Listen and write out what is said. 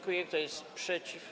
Kto jest przeciw?